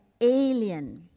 alien